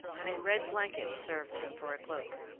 and a red blanket served him for a cloak.